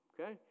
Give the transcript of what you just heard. Okay